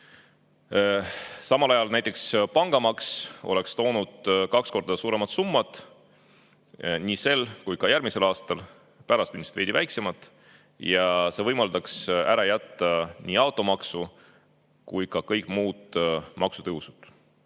Samal ajal oleks näiteks pangamaks toonud kaks korda suurema summa nii sel kui ka järgmisel aastal, pärast ilmselt veidi väiksema. See oleks võimaldanud ära jätta nii automaksu kui ka kõik maksutõusud.